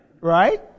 Right